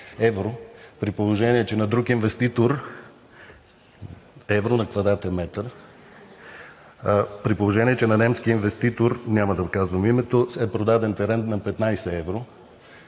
евро, при положение че на друг инвеститор е евро на квадратен метър; при положение че на немския инвеститор, няма да казвам името, е продаден терен на 15 евро?